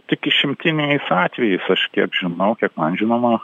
tik išimtiniais atvejais aš kiek žinau kiek man žinoma